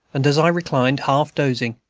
and as i reclined, half-dozing,